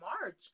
March